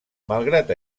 malgrat